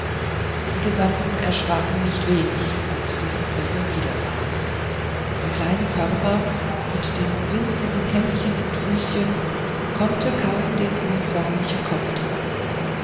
die gesandten erschraken nicht wenig als sie die prinzessin wiedersahen der kleine körper mit den winzigen händchen und füßchen konnte kaum den unförmlichen kopf tragen